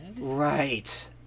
Right